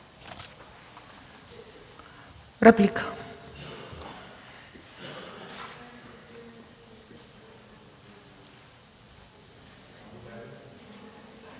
Реплика